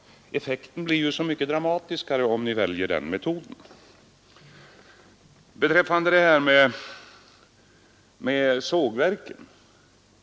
Effekten blir ju så mycket mera dramatisk om ni väljer den metoden. Så några ord beträffande sågverken.